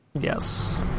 Yes